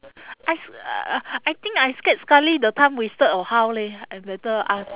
I s~ uh I think I scared sekali the time wasted or how leh I better ask